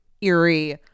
eerie